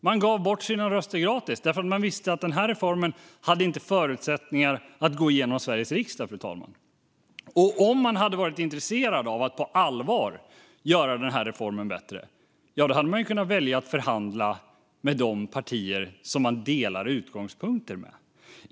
Man gav bort sina röster gratis, för man visste att den här reformen inte hade förutsättningar att gå igenom i Sveriges riksdag, fru talman. Om man hade varit intresserad av att på allvar göra reformen bättre hade man kunnat välja att förhandla med de partier som man delar utgångspunkter med.